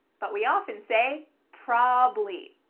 but we often say probably.